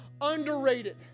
underrated